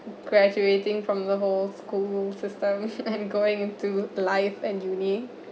graduating from the whole school system and going into life and uni